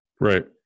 Right